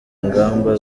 ingamba